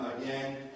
again